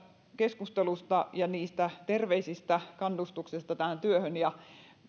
keskustelusta ja terveisistä kannustuksista tähän työhön